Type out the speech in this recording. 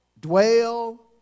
dwell